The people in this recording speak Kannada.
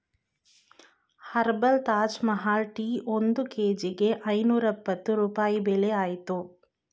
ಹರ್ಬಲ್ ತಾಜ್ ಮಹಲ್ ಟೀ ಒಂದ್ ಕೇಜಿಗೆ ಐನೂರ್ಯಪ್ಪತ್ತು ರೂಪಾಯಿ ಬೆಲೆ ಅಯ್ತೇ